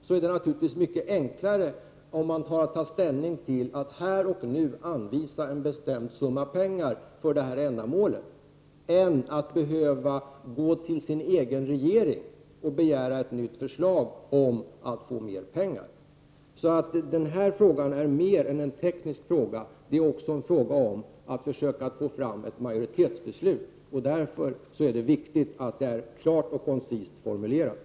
Då är det naturligtvis mycket enklare för dem att ta ställning till att här och nu anvisa en bestämd summa pengar till detta ändamål, i stället för att de skall behöva gå till sin egen regering och begära ett nytt förslag om mera pengar. Denna fråga är mer än en teknisk fråga. Det är också en fråga om att försöka få fram ett majoritetsbeslut. Därför är det viktigt att frågan är klart och koncist formulerad.